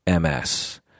MS